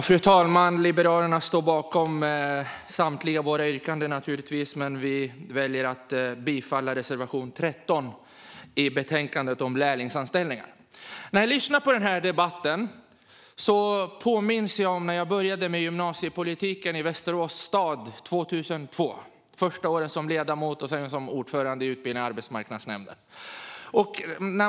Fru talman! Jag står givetvis bakom samtliga av våra reservationer men yrkar bifall enbart till reservation 13. När jag lyssnar på denna debatt påminns jag om när jag började med gymnasiepolitik i Västerås stad 2002, först som ledamot och sedan som ordförande i utbildnings och arbetsmarknadsnämnden.